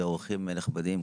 ואורחים נכבדים,